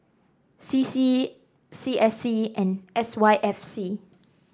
C C C S C and S Y F C